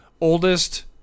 oldest